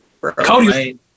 Cody